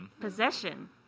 Possession